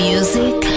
Music